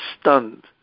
stunned